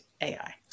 ai